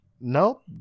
Nope